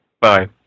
Bye